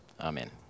Amen